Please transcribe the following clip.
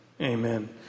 amen